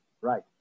right